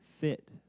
fit